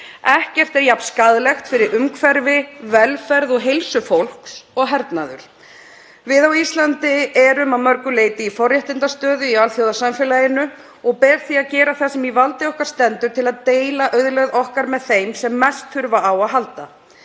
Ekkert er jafn skaðlegt fyrir umhverfi, velferð og heilsu fólks og hernaður. Við á Íslandi erum að mörgu leyti í forréttindastöðu í alþjóðasamfélaginu og okkur ber því að gera það sem í valdi okkar stendur til að deila auðlegð okkar með þeim sem mest þurfa á að halda.